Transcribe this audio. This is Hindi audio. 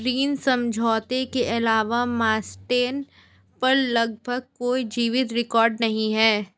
ऋण समझौते के अलावा मास्टेन पर लगभग कोई जीवित रिकॉर्ड नहीं है